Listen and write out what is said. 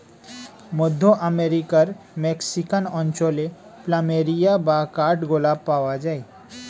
মধ্য আমেরিকার মেক্সিকান অঞ্চলে প্ল্যামেরিয়া বা কাঠ গোলাপ পাওয়া যায়